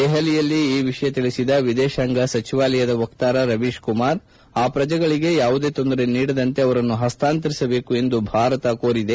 ದೆಹಲಿಯಲ್ಲಿ ಈ ವಿಷಯ ತಿಳಿಸಿದ ವಿದೇತಾಂಗ ವ್ಚವಹಾರಗಳ ಸಚಿವಾಲಯದ ವಕ್ತಾರ ರವೀಶ್ಕುಮಾರ್ ಆ ಪ್ರಜೆಗಳಿಗೆ ಯಾವುದೇ ತೊಂದರೆ ನೀಡದಂತೆ ಅವರನ್ನು ಹಸ್ತಾಂತರಿಸಬೇಕು ಎಂದು ಭಾರತ ಕೋರಿದೆ